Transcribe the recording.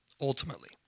ultimately